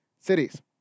cities